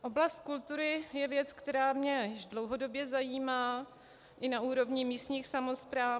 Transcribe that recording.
Oblast kultury je věc, která mě již dlouhodobě zajímá i na úrovní místních samospráv.